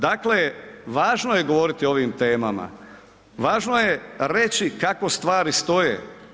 Dakle, važno je govoriti o ovim temama, važno je reći kako stvari stoje.